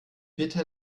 bitte